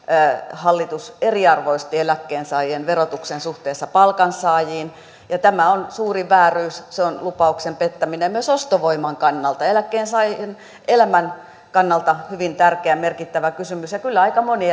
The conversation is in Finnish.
hallitus eriarvoisti eläkkeensaajien verotuksen suhteessa palkansaajiin tämä on suuri vääryys se on lupauksen pettämistä ja myös ostovoiman kannalta eläkkeensaajien elämän kannalta hyvin tärkeä merkittävä kysymys kyllä aika moni